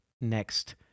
next